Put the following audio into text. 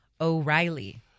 o'reilly